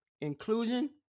inclusion